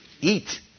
Eat